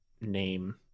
name